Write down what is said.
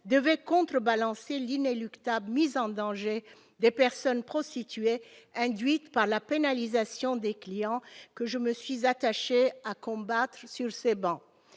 devait contrebalancer l'inéluctable mise en danger des personnes prostituées induite par la pénalisation des clients que je me suis attaché à combattre sur ces bancs,